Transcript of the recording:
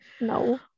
No